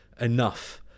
enough